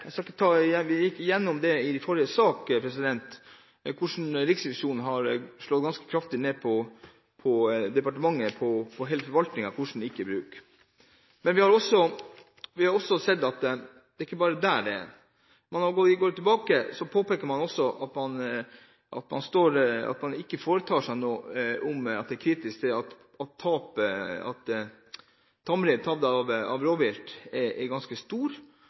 Jeg vil av den grunn også sette spørsmålstegn ved internkontrollen i reindriftsforvaltningen. Vi gikk igjennom det i forrige sak, at Riksrevisjonen har slått ganske kraftig ned på departementet, på hele forvaltningen, når det gjelder lik bruk. Men vi har også sett at det ikke bare er der det er slik. Når man går tilbake, påpeker man også at man er kritisk til at tapet av tamrein som er tatt av rovvilt, er ganske stort, og at erstatningsordningene i for liten grad er